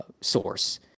source